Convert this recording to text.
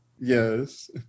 Yes